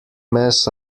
mess